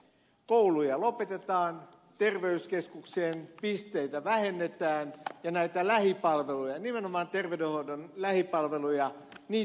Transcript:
kouluja lopetetaan terveyskeskuksien pisteitä vähennetään ja näitä lähipalveluja nimenomaan terveydenhoidon lähipalveluja häviää keskitetään